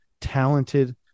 talented